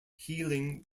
healing